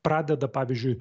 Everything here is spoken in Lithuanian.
pradeda pavyzdžiui